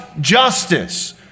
justice